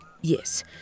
Yes